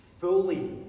fully